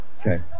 Okay